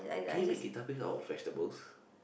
can you make guitar pick out of vegetable